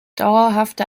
dauerhafte